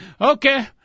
okay